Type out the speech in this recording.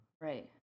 Right